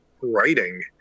writing